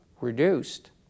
reduced